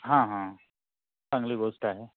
हा हा चांगली गोष्ट आहे